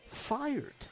fired